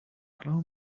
allow